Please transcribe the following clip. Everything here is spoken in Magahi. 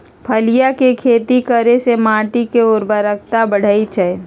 फलियों के खेती करे से माटी के ऊर्वरता बढ़ई छई